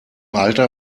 alter